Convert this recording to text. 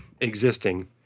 existing